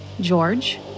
George